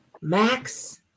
Max